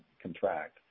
contract